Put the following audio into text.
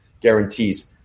guarantees